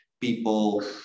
people